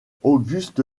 auguste